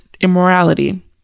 immorality